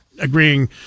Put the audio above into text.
agreeing